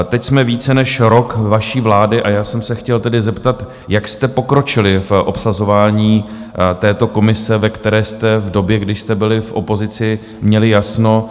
Teď jsme více než rok vaší vlády a já jsem se chtěl tedy zeptat, jak jste pokročili v obsazování této komise, ve které jste v době, kdy jste byli v opozici, měli jasno.